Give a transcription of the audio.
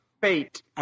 fate